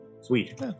Sweet